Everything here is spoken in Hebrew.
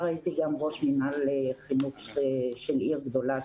הייתי גם ראש מינהל חינוך של עיר גדולה,